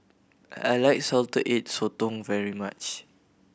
I like Salted Egg Sotong very much